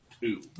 two